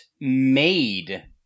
made